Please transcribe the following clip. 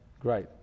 great